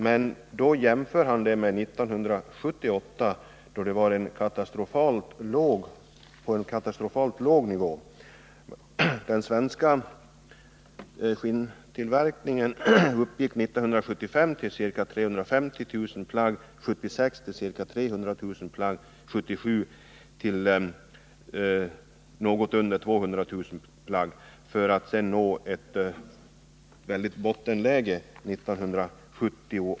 Men han jämför med produktionen under 1978, då nivån var katastrofalt låg. Den svenska skinntillverkningen uppgick 1975 till ca 350 000 plagg, 1976 till ca 300 000 plagg och 1977 till något under 200 000 plagg för att 1978 hamna i ett verkligt bottenläge.